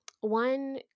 one